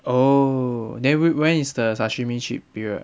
oh then when when is the sashimi cheap period